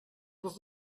was